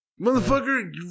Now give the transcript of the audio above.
Motherfucker